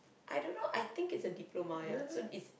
I don't know I think it's a diploma ya so it's